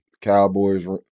cowboys